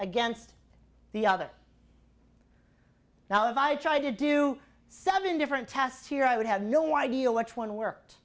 against the other now if i tried to do seven different tests here i would have no idea what one worked